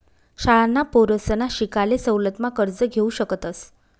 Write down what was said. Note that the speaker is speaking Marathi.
शाळांना पोरसना शिकाले सवलत मा कर्ज घेवू शकतस